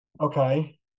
Okay